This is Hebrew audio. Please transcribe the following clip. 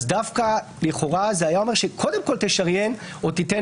דווקא לכאורה קודם כל תשריין או תיתן